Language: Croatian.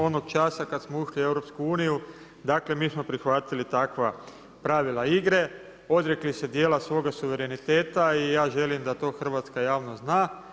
Onog časa kad smo ušli u EU, dakle mi smo prihvatili takva pravila igre, odrekli se dijela svoga suvereniteta i ja želim da to hrvatska javnost zna.